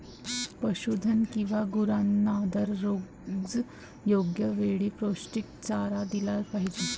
पशुधन किंवा गुरांना दररोज योग्य वेळी पौष्टिक चारा दिला पाहिजे